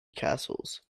castles